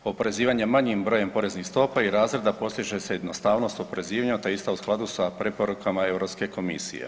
Oporezivanjem manjim brojem poreznih stopa i razreda postiže se jednostavnost oporezivanja te je ista u skladu sa preporukama Europske komisije.